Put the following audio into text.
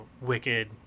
Wicked